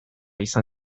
izan